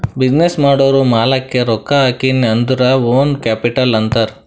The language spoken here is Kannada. ಬಿಸಿನ್ನೆಸ್ ಮಾಡೂರ್ ಮಾಲಾಕ್ಕೆ ರೊಕ್ಕಾ ಹಾಕಿನ್ ಅಂದುರ್ ಓನ್ ಕ್ಯಾಪಿಟಲ್ ಅಂತಾರ್